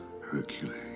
Hercules